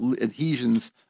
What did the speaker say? adhesions